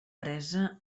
presa